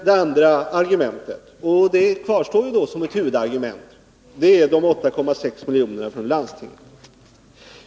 Det andra argumentet — som kvarstår som huvudargument — är de 8,6 miljonerna från landstinget.